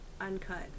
uncut